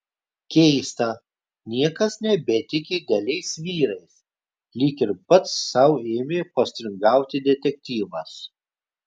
keista niekas nebetiki idealiais vyrais lyg ir pats sau ėmė postringauti detektyvas